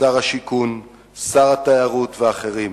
שר השיכון, שר התיירות ואחרים.